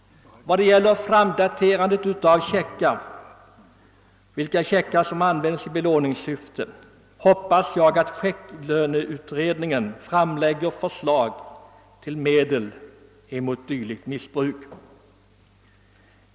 Vad gäller framdaterandet av checkar som används i belåningssyfte hoppas jag att checklöneutredningen framlägger förslag till medel mot dylikt missbruk.